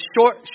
short